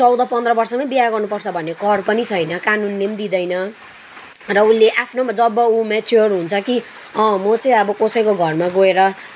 चौध पन्ध्र वर्षमै बिहा गर्नु पर्छ भन्ने कर पनि छैन कानुनले पनि दिँदैन र उसले आफ्नोमा जब उ मेच्योर हुन्छ कि अँ म चाहिँ अब कसैको घरमा गएर